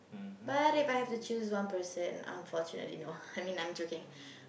but If I have to choose one person unfortunately no I mean I'm joking